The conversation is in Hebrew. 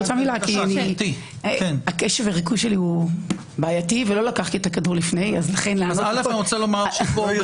משהו שהפריע לי במיוחד, זה בעיניי סוג של בלבול.